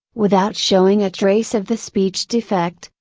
without showing a trace of the speech defect,